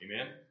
Amen